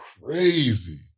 crazy